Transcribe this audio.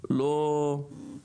אוטובוס זעיר,